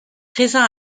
présent